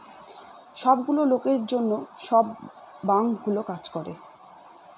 সব গুলো লোকের জন্য সব বাঙ্কগুলো কাজ করে